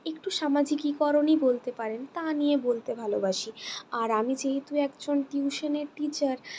একটু সামাজিকীকরণই বলতে পারেন তা নিয়ে বলতে ভালোবাসি আর আমি যেহেতু একজন টিউশনের টিচার